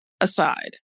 aside